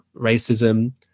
racism